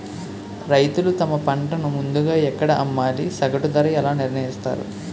రైతులు తమ పంటను ముందుగా ఎక్కడ అమ్మాలి? సగటు ధర ఎలా నిర్ణయిస్తారు?